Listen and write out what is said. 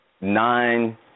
nine